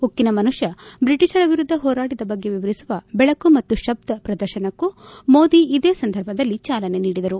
ಉಕ್ಕಿನ ಮನುಷ್ಕ ಬ್ರಿಟಿಷರ ವಿರುದ್ಧ ಹೋರಾಡಿದ ಬಗೆ ವಿವರಿಸುವ ಬೆಳಕು ಮತ್ತು ಶಬ್ದ ಪ್ರದರ್ಶನಕ್ಕೂ ಮೋದಿ ಇದೇ ಸಂದರ್ಭದಲ್ಲಿ ಚಾಲನೆ ನೀಡಿದರು